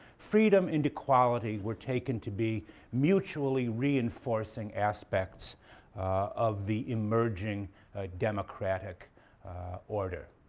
freedom and equality were taken to be mutually reinforcing aspects of the emerging democratic order.